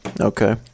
Okay